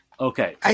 Okay